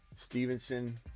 Stevenson